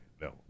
No